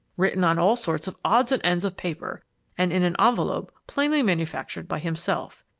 written on all sorts of odds and ends of paper and in an envelope plainly manufactured by himself.